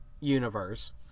universe